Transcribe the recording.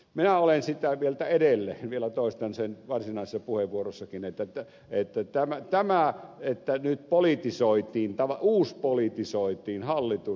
minä olen sitä mieltä edelleen vielä toistan sen varsinaisessa puheenvuorossakin että tämä tämä ei käynyt politisoitiin ja nyt uuspolitisoitiin hallitus